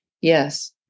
Yes